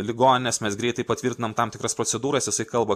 ligonines mes greitai patvirtinam tam tikras procedūras jisai kalba